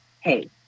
hey